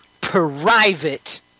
private